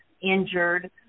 injured